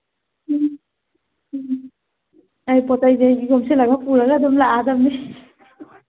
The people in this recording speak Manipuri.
ꯎꯝ ꯎꯝ ꯑꯩ ꯄꯣꯠꯆꯩꯁꯤ ꯑꯩ ꯌꯣꯝꯁꯤꯜꯂꯒ ꯑꯗꯨꯝ ꯄꯨꯔꯒ ꯑꯗꯨꯝ ꯂꯥꯛꯑꯗꯅꯤ